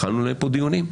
התחלנו לנהל פה דיונים,